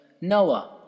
Noah